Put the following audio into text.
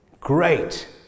Great